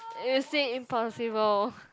is it impossible